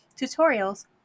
tutorials